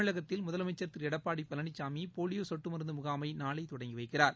தமிழகத்தில் முதலமைச்சா் திருளடப்பாடிபழனிசாமிபோலியோசொட்டுமருந்துமுகாமைநாளைதொடங்கிறை வக்கிறார்